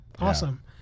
Awesome